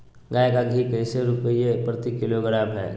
गाय का घी कैसे रुपए प्रति किलोग्राम है?